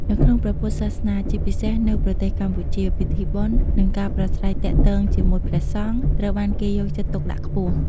នៅក្នុងព្រះពុទ្ធសាសនា ជាពិសេសនៅប្រទេសកម្ពុជា ពិធីបុណ្យ និងការប្រាស្រ័យទាក់ទងជាមួយព្រះសង្ឃ ត្រូវបានគេយកចិត្តទុកដាក់ខ្ពស់។